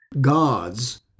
God's